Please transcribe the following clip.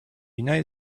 united